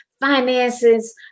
finances